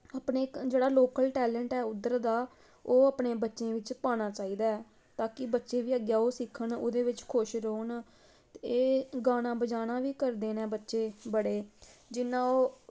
अपने जेह्ड़ा local talent ऐ उध्दर दा ओह् अपने बच्चें बिच्च पाना चाहिदा ऐ ताकि बच्चे बी अग्गै ओह् सिक्खन ओह्दे बिच्च खुश रौह्न ते एह् गाना बज़ाना बी करदे नै बच्चे बड़े जि'यां ओह्